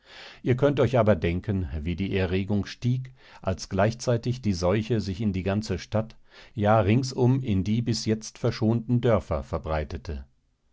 ihr könnt euch aber denken wie die erregung stieg als gleichzeitig die seuche sich in die ganze stadt ja ringsum in die bis jetzt verschonten dörfer verbreitete